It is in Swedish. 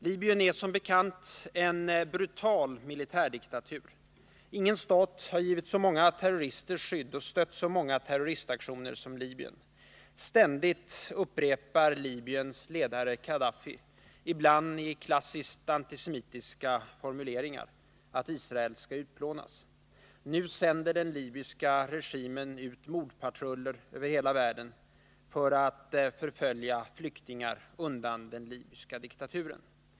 Libyen är som bekant en brutal militärdiktatur. Ingen stat har givit så många terrorister skydd och stött så många terroristaktioner som Libyen. Ständigt upprepar Libyens ledare Khadaffi — ibland i klassiskt antisemitiska formuleringar — att Israel skall utplånas. Nu sänder den libyska regimen ut motpatruller över världen för att förfölja flyktingar undan den libyska diktaturen.